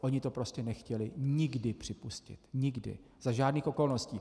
Oni to prostě nechtěli nikdy připustit, nikdy, za žádných okolností.